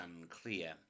unclear